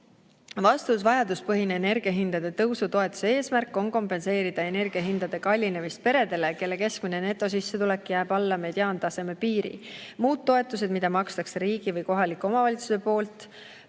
Vastus: vajaduspõhine energiahindade tõusu toetuse eesmärk on kompenseerida energiahindade kallinemist peredele, kelle keskmine netosissetulek jääb alla mediaantaseme piiri. Muud toetused, mida maksab riik või kohalik omavalitsus, on